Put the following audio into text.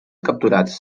capturats